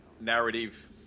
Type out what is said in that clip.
narrative